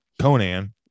Conan